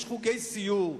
יש חוגי סיור,